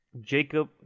Jacob